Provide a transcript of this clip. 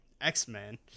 X-Men